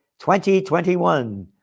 2021